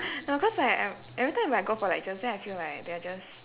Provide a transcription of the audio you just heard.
no cause like e~ every time when I go for lectures then I feel like they're just